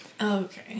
Okay